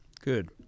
good